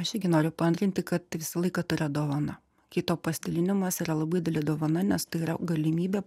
aš irgi noriu paantrinti kad visą laiką tai yra dovana kito pasidalinimas yra labai didelė dovana nes tai yra galimybė